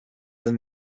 than